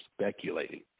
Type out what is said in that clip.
speculating